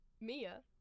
Mia